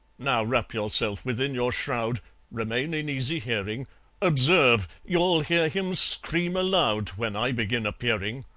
now wrap yourself within your shroud remain in easy hearing observe you'll hear him scream aloud when i begin appearing!